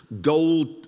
gold